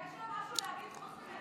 אם יש לו משהו להגיד חוץ מנתניהו,